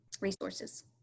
resources